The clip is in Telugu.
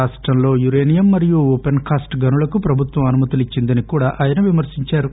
రాష్టంలో యురేనియం మరియు ఓపెన్ కాస్ల్ గనులకు ప్రభుత్వం అనుమతులిచ్చిందని కూడా ఆయన విమర్పించారు